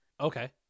okay